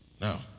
now